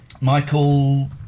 Michael